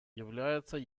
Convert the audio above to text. является